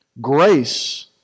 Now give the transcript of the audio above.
Grace